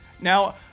Now